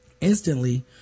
Instantly